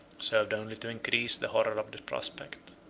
served only to increase the horror of the prospect.